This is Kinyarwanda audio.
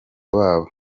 babo